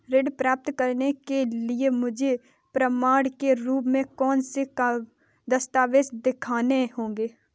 ऋण प्राप्त करने के लिए मुझे प्रमाण के रूप में कौन से दस्तावेज़ दिखाने होंगे?